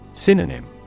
Synonym